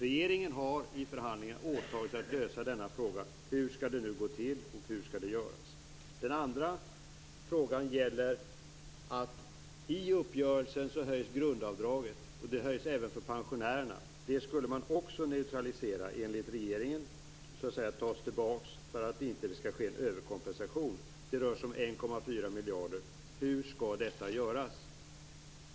Regeringen har i förhandlingen åtagit sig att lösa denna fråga. Hur skall det gå till och hur skall det göras? Den andra frågan gäller att grundavdraget höjs i uppgörelsen. Det höjs även för pensionärerna. Det skulle man också neutralisera, enligt regeringen. Det skulle tas tillbaka för att det inte skulle ske en överkompensation. Det rör sig om 1,4 miljarder. Hur skall detta göras?